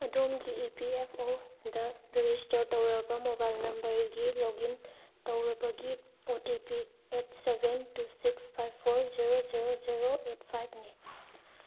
ꯑꯗꯣꯝꯒꯤ E P F ꯑꯣꯗ register ꯇꯧꯔꯕ ꯃꯣꯕꯥꯏꯜ ꯅꯝꯕꯔꯒꯤ ꯂꯣꯒ ꯏꯟ ꯇꯧꯕꯒꯤ O T P eight seven two six five four zero zero eight ꯐꯥꯏꯚꯅꯤ